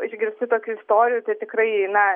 išgirsti tokių istorijų tai tikrai na